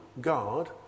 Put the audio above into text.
God